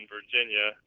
Virginia